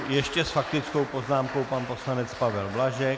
Ještě s faktickou poznámkou pan poslanec Pavel Blažek.